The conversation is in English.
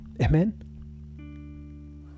Amen